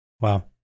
wow